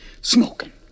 smoking